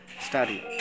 study